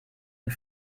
and